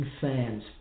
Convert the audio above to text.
fans